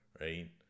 right